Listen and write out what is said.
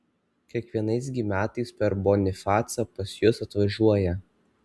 kiekvienais gi metais per bonifacą pas jus atvažiuoja